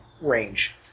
range